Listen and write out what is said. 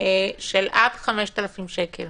של עד 5,000 שקל.